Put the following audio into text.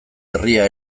herria